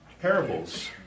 Parables